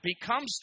becomes